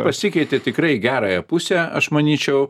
pasikeitė tikrai į gerąją pusę aš manyčiau